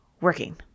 working